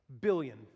billion